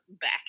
back